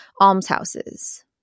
almshouses